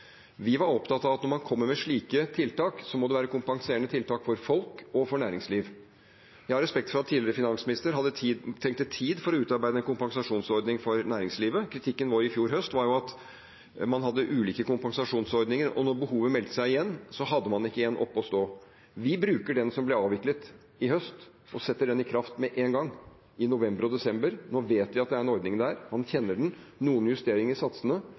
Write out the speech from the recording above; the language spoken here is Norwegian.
Vi var opptatt av at når man kommer med slike tiltak, må det være kompenserende tiltak for folk og for næringsliv. Jeg har respekt for at den tidligere finansministeren trengte tid for å utarbeide en kompensasjonsordning for næringslivet. Kritikken vår i fjor høst var at man hadde ulike kompensasjonsordninger, og da behovet meldte seg igjen, hadde man ikke en opp og stå. Vi bruker den som ble avviklet i høst, og setter den i kraft med en gang, i november og desember. Nå vet vi at det er en ordning der, man kjenner den – noen justeringer i satsene,